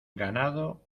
ganado